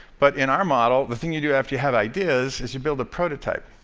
but in our model, the thing you do after you have ideas is you build a prototype.